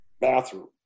bathroom